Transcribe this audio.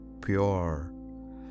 pure